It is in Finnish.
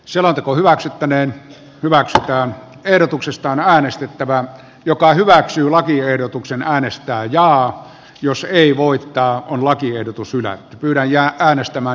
selonteko hyväksyttäneen hyväksytään ehdotuksestani äänestettävä joka hyväksyy lakiehdotuksen äänestää jaa jos ei voittaa kun lakiehdotus yllä kylän ja äänestämän